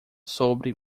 sobre